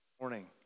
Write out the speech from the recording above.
morning